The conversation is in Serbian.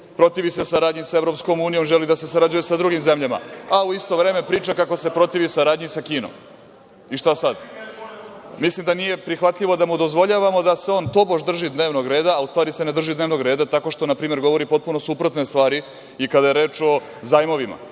protivi se saradnji sa EU, želi da se sarađuje sa drugim zemljama, a u isto vreme priča kako se protivi saradnji sa Kinom. Šta sad? Mislim da nije prihvatljivo da mu dozvoljavamo da se on tobož drži dnevnog reda, a u stvari se ne drži dnevnog reda, tako što npr. govori potpuno suprotne stvari. Kada je reč o zajmovima